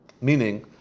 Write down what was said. Meaning